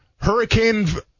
hurricane